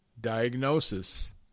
diagnosis